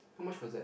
how much was that